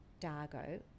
Dargo